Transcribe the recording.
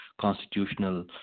constitutional